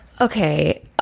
Okay